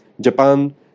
Japan